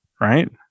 right